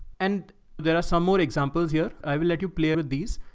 and there are some more examples here. i will let you play, with these.